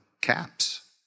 caps